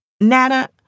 Nana